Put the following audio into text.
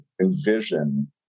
envision